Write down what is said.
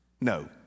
No